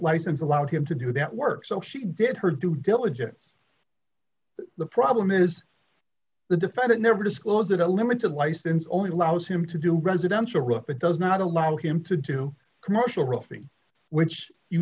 license allowed him to do that work so she did her due diligence the problem is the defendant never disclosed the limits of license only allows him to do residential road that does not allow him to do commercial real thing which you